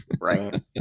Right